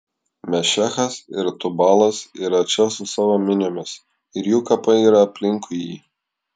mešechas ir tubalas yra čia su savo miniomis ir jų kapai yra aplinkui jį